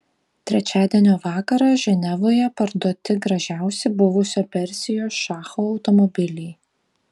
trečiadienio vakarą ženevoje parduoti gražiausi buvusio persijos šacho automobiliai